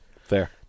Fair